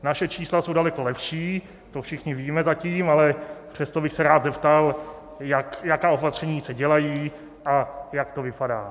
Naše čísla jsou daleko lepší, to všichni víme zatím, ale přesto bych se rád zeptal, jaká opatření se dělají a jak to vypadá.